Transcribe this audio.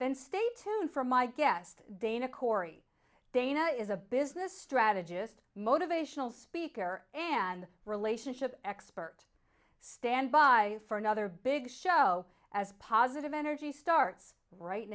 tuned for my guest dana cory dana is a business strategist motivational speaker and relationship expert stand by for another big show as positive energy starts right